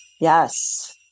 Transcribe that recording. Yes